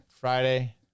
Friday